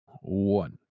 one